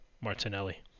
Martinelli